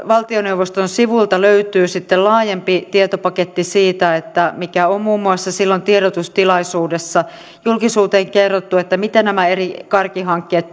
valtioneuvoston sivuilta löytyy sitten laajempi tietopaketti siitä mikä on muun muassa silloin tiedotustilaisuudessa julkisuuteen kerrottu mitä nämä eri kärkihankkeet